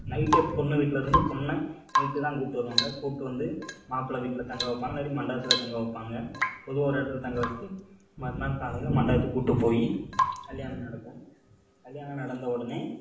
நைட்டே பொண்ணு வீட்லேருந்து பொண்ணை நைட்டு தான் கூப்பிட்டு வருவாங்க கூப்பிட்டு வந்து மாப்பிளை வீட்டில் தங்க வைப்பாங்க இல்லாட்டி மண்டபத்தில் தங்க வைப்பாங்க பொதுவாக ஒரு இடத்துல தங்க வச்சுட்டு மறுநாள் காலையில் மண்டபத்துக்கு கூப்பிட்டு போய் கல்யாணம் நடக்கும் கல்யாணம் நடந்த உடனே